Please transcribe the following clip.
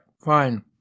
fine